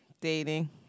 dating